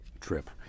trip